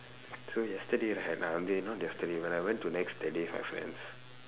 so yesterday right uh not yesterday but I went to nex that day with my friends